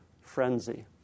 frenzy